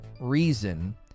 reason